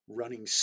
running